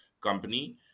company